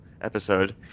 episode